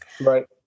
Right